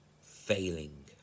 failing